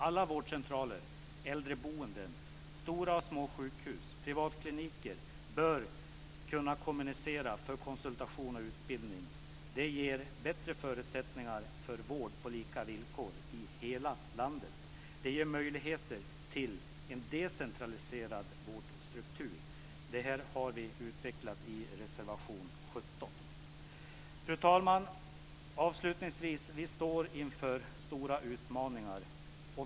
Alla vårdcentraler, äldreboenden, stora och små sjukhus och privatkliniker bör kunna kommunicera för konsultation och utbildning. Det ger bättre förutsättningar för vård på lika villkor i hela landet. Det ger möjligheter till en decentraliserad vårdstruktur. Detta har vi utvecklat i reservation nr 17. Fru talman! Vi står inför stora utmaningar.